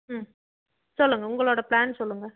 ம் சொல்லுங்கள் உங்களோடய ப்ளான் சொல்லுங்கள்